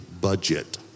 budget